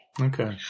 Okay